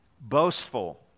boastful